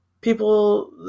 people